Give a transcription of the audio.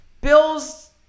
Bills